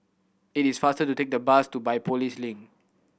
it is faster to take the bus to Biopolis Link